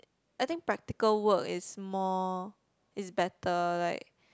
I think practical work is more is better like